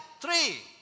Three